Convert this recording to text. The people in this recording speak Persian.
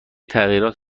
تغییرات